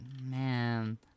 Man